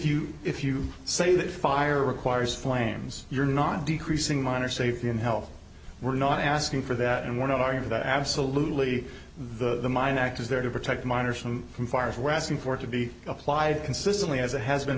you if you say that fire requires flames you're not decreasing minor safety and health we're not asking for that and want to argue that absolutely the mine act is there to protect minors from from fire if we're asking for it to be applied consistently as it has been